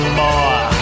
more